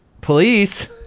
Police